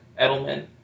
Edelman